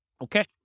Okay